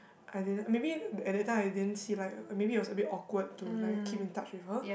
I didn't maybe at that time I didn't see like maybe it was a bit awkward to like keep in touch with her